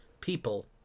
people